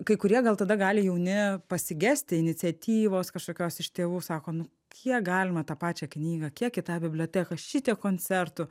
kai kurie gal tada gali jauni pasigesti iniciatyvos kažkokios iš tėvų sako nu kiek galima tą pačią knygą kiek į tą biblioteką šitiek koncertų